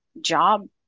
job